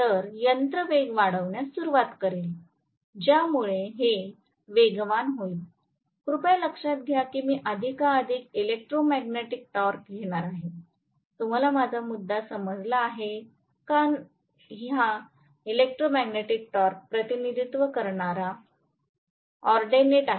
तर यंत्र वेग वाढवण्यास सुरूवात करेल ज्यामुळे हे वेगवान होते कृपया लक्षात घ्या की मी अधिकाधिक इलेक्ट्रोमॅग्नेटिक टॉर्क घेणार आहे तुम्हाला माझा मुद्दा समजला आहे का की हा इलेक्ट्रोमॅग्नेटिक टॉर्क प्रतिनिधित्व करणारा ऑर्डिनेट आहे